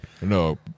no